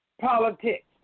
politics